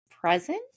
present